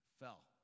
fell